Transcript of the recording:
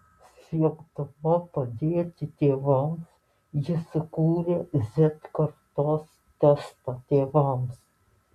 siekdama padėti tėvams ji sukūrė z kartos testą tėvams